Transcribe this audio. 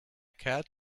cat